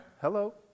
Hello